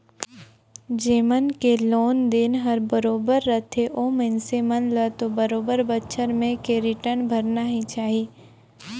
जेमन के लोन देन हर बरोबर रथे ओ मइनसे मन ल तो बरोबर बच्छर में के रिटर्न भरना ही चाही